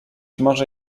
może